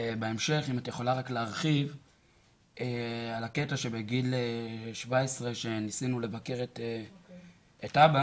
בהמשך אם את יכולה רק להרחיב על הקטע שבגיל 17 כשניסינו לבקר את אבא,